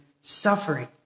suffering